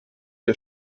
der